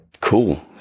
Cool